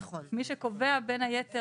מי שקובע בין היתר,